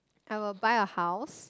I will buy a house